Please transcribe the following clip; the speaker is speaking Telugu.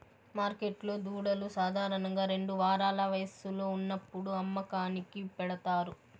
మార్కెట్లో దూడలు సాధారణంగా రెండు వారాల వయస్సులో ఉన్నప్పుడు అమ్మకానికి పెడతారు